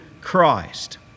Christ